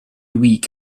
week